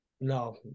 No